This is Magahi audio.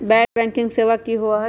गैर बैंकिंग सेवा की होई?